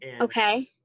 Okay